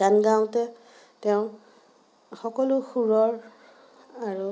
গান গাওঁতে তেওঁ সকলো সুৰৰ আৰু